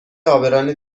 عابران